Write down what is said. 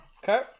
Okay